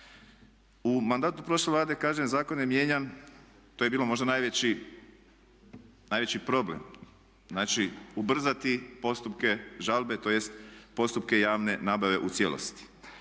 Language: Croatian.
U mandatu prošle Vlade kažem zakon je mijenjan, to je bilo možda najveći problem. Znači, ubrzati postupke žalbe, tj. postupke javne nabave u cijelosti.